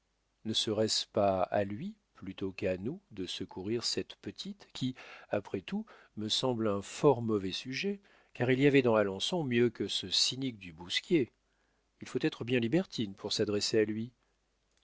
ne serait-ce pas à lui plutôt qu'à nous de secourir cette petite qui après tout me semble un fort mauvais sujet car il y avait dans alençon mieux que ce cynique du bousquier il faut être bien libertine pour s'adresser à lui